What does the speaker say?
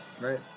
Right